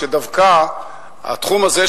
שדווקא שהתחום הזה,